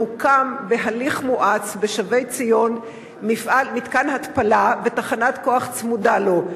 מוקם בהליך מואץ בשבי-ציון מתקן התפלה ותחנת כוח צמודה לו,